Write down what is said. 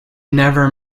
never